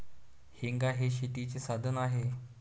हेंगा हे शेतीचे साधन आहे